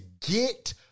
get